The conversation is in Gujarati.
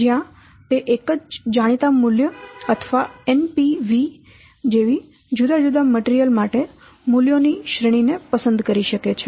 જયાં તે એક જ જાણીતા મૂલ્ય અથવા NPV જેવી જુદા જુદા મટીરીયલ માટે મૂલ્યોની શ્રેણી ને પસંદ કરી શકે છે